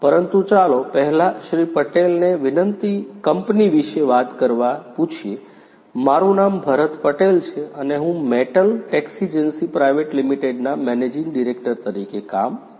પરંતુ ચાલો પહેલા શ્રી પટેલને કંપની વિશે વાત કરવા પૂછીએ મારું નામ ભરત પટેલ છે અને હું મેટલ ટેક્સીજેન્સી પ્રાઈવેટ લિમિટેડના મેનેજિંગ ડિરેક્ટર તરીકે કામ કરું છું